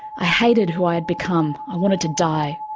i hated who i had become, i wanted to die.